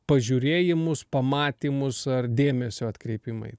pažiūrėjimus pamatymus ar dėmesio atkreipimai